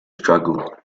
struggle